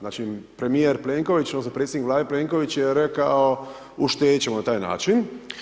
Znači, premijer Plenković odnosno predsjednik Vlade Plenković je rekao uštedit ćemo na taj način.